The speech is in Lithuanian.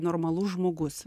normalus žmogus